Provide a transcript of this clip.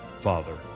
Father